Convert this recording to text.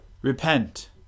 Repent